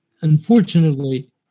unfortunately